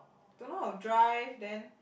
don't know how to drive then